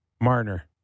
Marner